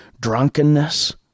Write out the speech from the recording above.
drunkenness